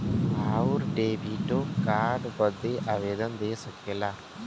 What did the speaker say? आउर डेबिटो कार्ड बदे आवेदन दे सकला